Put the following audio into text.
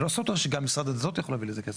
זה לא סותר שגם משרד הדתות יכול להביא לזה כסף.